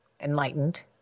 enlightened